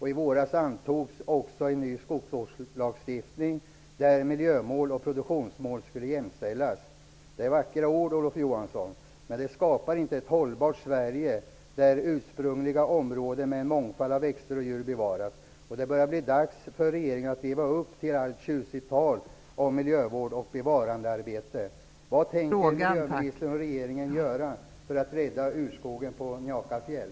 I våras antogs också en ny skogsvårdslagstiftning, där miljömål och produktionsmål skulle jämställas. Det är vackra ord, Olof Johansson, men det skapar inte ett hållbart Sverige, där ursprungliga områden med en mångfald av växter och djur bevaras. Det börjar bli dags för regeringen att leva upp till allt tjusigt tal om miljövård och bevarandearbete. Vad tänker miljöministern och regeringen göra för att rädda urskogen på Njakafjäll?